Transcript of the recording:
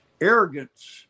Arrogance